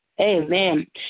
amen